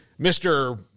Mr